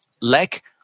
lack